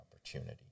opportunity